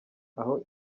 aho